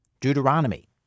Deuteronomy